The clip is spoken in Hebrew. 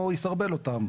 או יסרבל אותם.